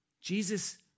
Jesus